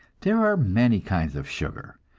there are many kinds of sugar,